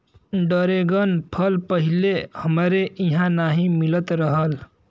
dragon फल पहिले हमरे इहाँ नाही मिलत रहल